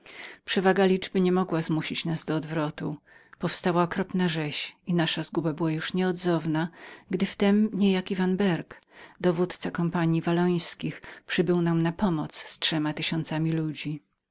większość liczby nie mogła zmusić nas do odwrotu powstała okropna rzeź i nasza zguba była już nieodzowną gdy wtem pewien vanberg dowódca kompanji wallońskich przybył nam na pomoc z trzema tysiącami ludzi